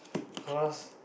cause